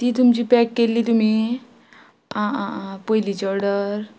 तीं तुमची पॅक केल्ली तुमी आं आं आं पयलीचीं ऑर्डर